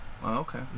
Okay